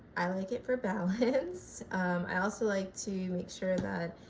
i like it for balance i also like to make sure that